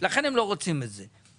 לכן הם לא רוצים את זה.